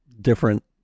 different